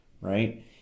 right